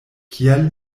kial